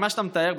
ממה שאתה מתאר,